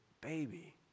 baby